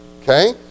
Okay